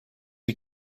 die